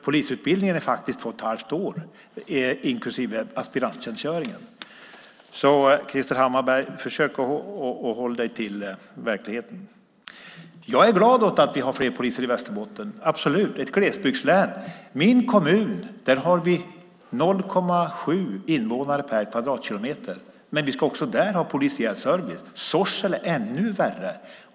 Polisutbildningen är två och ett halvt år, inklusive aspiranttjänstgöringen. Försök hålla dig till verkligheten, Krister Hammarbergh. Jag är glad över att vi har fler poliser i Västerbotten - absolut. Det är ett glesbygdslän. I min hemkommun har vi 0,7 invånare per kvadratkilometer, men också där ska vi ha polisiär service. I Sorsele är det ännu värre.